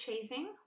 chasing